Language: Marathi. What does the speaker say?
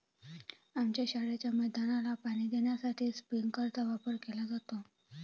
आमच्या शाळेच्या मैदानाला पाणी देण्यासाठी स्प्रिंकलर चा वापर केला जातो